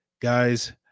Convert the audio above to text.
guys